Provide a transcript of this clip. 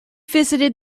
visited